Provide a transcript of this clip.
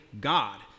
God